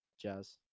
Jazz